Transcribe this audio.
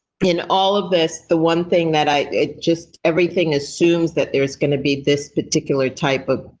in all of this, the one thing that i just everything assumes that there's going to be this particular type of.